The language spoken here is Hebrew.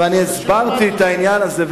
הסברתי את העניין הזה.